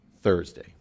Thursday